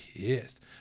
Pissed